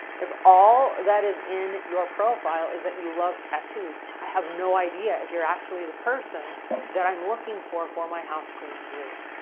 if all that is in your profile is that you love tattoos, i have no idea if you're actually the person that i'm looking for for my housecleaning group.